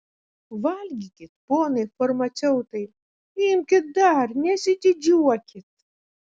valgykit ponai farmaceutai imkit dar nesididžiuokit